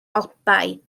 alpau